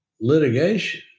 litigation